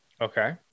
Okay